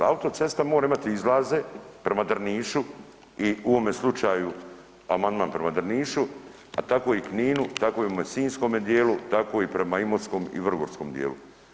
Autocesta mora imati izlaze prema Drnišu i u ovome slučaju amandman prema Drnišu, a tako i Kninu, tako i u mome sinjskome dijelu, tako i prema imotskom i vrgorskom dijelu.